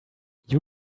you